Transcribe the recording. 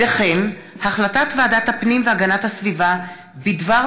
הצעת ועדת הפנים והגנת הסביבה בדבר